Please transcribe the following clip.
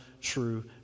true